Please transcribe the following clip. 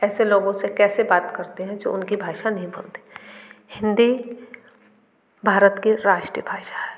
ऐसे लोगों से कैसे बात करते हैं जो उनकी भाषा नहीं बोलते हिन्दी भारत की राष्ट्रीय भाषा है